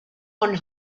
one